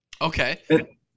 Okay